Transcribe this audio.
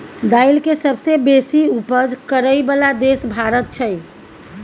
दाइल के सबसे बेशी उपज करइ बला देश भारत छइ